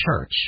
church